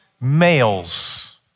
males